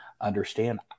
understand